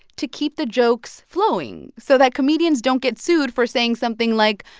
to keep the jokes flowing so that comedians don't get sued for saying something like,